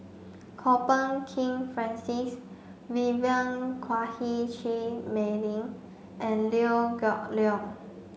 Kwok Peng Kin Francis Vivien Quahe Seah Mei Lin and Liew Geok Leong